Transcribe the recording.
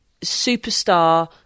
superstar